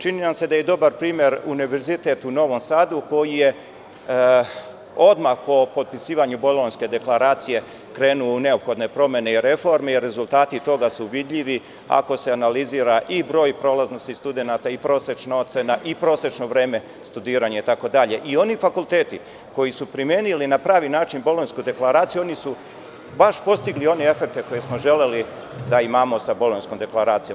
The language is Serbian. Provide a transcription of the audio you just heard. Čini nam se da je dobar primer Univerzitet u Novom Sadu koji je odmah po potpisivanju Bolonjske deklaracije krenuo u neophodne promene i reformi i rezultati toga su vidljivi ako se analizira i broj prolaznosti studenata i prosečna ocena i prosečno vreme studiranje itd, i oni fakulteti koji su primenili na pravi način Bolonjsku deklaraciju oni su baš postigli one efekte koji smo želeli da imamo sa Bolonjskom deklaracijom.